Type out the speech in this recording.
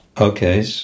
okay